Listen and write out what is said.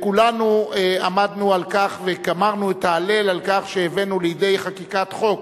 כולנו עמדנו על כך וגמרנו את ההלל על שהבאנו לידי חקיקת חוק